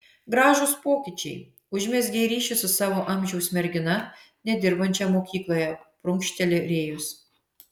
gražūs pokyčiai užmezgei ryšį su savo amžiaus mergina nedirbančia mokykloje prunkšteli rėjus